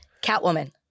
Catwoman